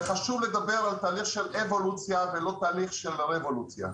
חשוב לדבר על תהליך של אבולוציה ולא תהליך של רבולוציה.